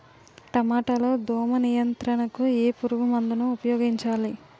టమాటా లో దోమ నియంత్రణకు ఏ పురుగుమందును ఉపయోగించాలి?